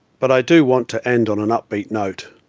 but i do want to end on an upbeat note.